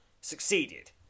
Succeeded